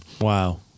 Wow